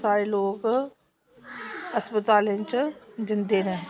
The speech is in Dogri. साढ़े लोक अस्पतालें च जंदे न